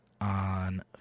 on